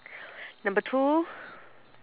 number two